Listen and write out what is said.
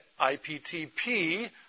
IPTP